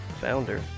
founder